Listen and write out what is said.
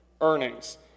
earnings